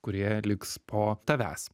kurie liks po tavęs